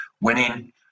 winning